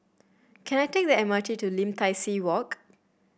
can I take the M R T to Lim Tai See Walk